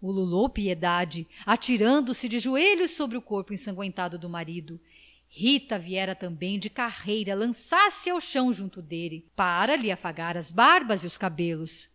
ululou piedade atirando-se de joelhos sobre o corpo ensangüentado do marido rita viera também de carreira lançar-se ao chão junto dele para lhe afagar as barbas e os cabelos